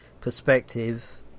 perspective